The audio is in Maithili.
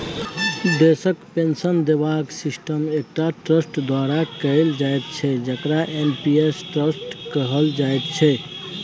देशक पेंशन देबाक सिस्टम एकटा ट्रस्ट द्वारा कैल जाइत छै जकरा एन.पी.एस ट्रस्ट कहल जाइत छै